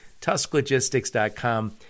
tusklogistics.com